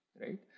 right